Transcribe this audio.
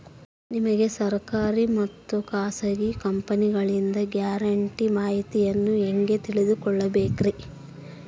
ನಮಗೆ ಸರ್ಕಾರಿ ಮತ್ತು ಖಾಸಗಿ ಕಂಪನಿಗಳಿಂದ ಗ್ಯಾರಂಟಿ ಮಾಹಿತಿಯನ್ನು ಹೆಂಗೆ ತಿಳಿದುಕೊಳ್ಳಬೇಕ್ರಿ?